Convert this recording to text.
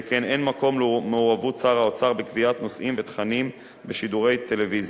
שכן אין מקום למעורבות שר האוצר בקביעת נושאים ותכנים בשידורי טלוויזיה.